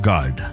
God